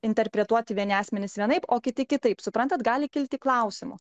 interpretuoti vieni asmenys vienaip o kiti kitaip suprantate gali kilti klausimų